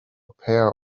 pair